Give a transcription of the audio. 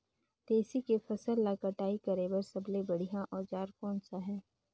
तेसी के फसल ला कटाई करे बार सबले बढ़िया औजार कोन सा हे?